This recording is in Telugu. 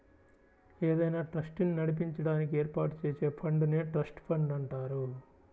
ఏదైనా ట్రస్ట్ ని నడిపించడానికి ఏర్పాటు చేసే ఫండ్ నే ట్రస్ట్ ఫండ్ అంటారు